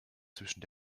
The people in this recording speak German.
zwischen